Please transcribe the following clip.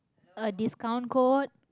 a discount code